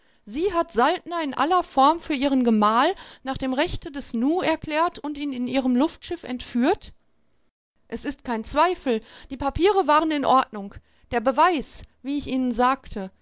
sie hat saltner in aller form für ihren gemahl nach dem rechte des nu erklärt und ihn in ihrem luftschiff entführt es ist kein zweifel die papiere waren in ordnung der beweis wie ich ihnen sagte